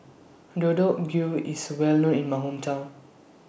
Deodeok IS Well known in My Hometown